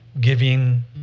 giving